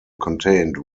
contained